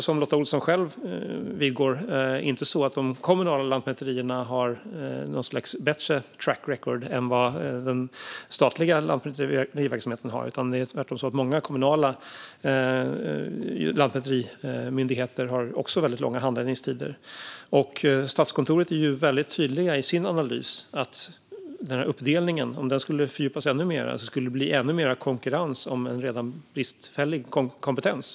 Som Lotta Olsson själv vidgår har de kommunala lantmäterierna inte något bättre track record än vad den statliga lantmäteriverksamheten har. Tvärtom har många kommunala lantmäterimyndigheter också väldigt långa handläggningstider. Statskontoret är väldigt tydligt i sin analys: Om denna uppdelning skulle fördjupas ännu mer skulle det bli ännu mer konkurrens om en redan bristfällig kompetens.